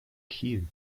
kiel